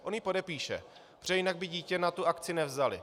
On ji podepíše, protože jinak by dítě na tu akci nevzali.